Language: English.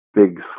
Big